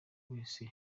wese